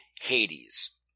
Hades